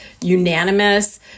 unanimous